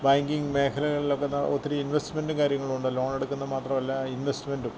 banking മേഖലകളിലൊക്കെ ഒത്തിരി ഇന്വെസ്റ്റ്മെന്റ്റും കാര്യങ്ങളും ഉണ്ട് ലോണെടുക്കുന്നത് മാത്രമല്ല ഇന്വെസ്റ്റ്മെന്റ്റും